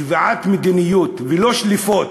קביעת מדיניות ולא שליפות.